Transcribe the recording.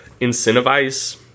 incentivize